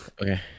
okay